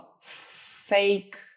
fake